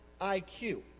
IQ